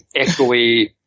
echoey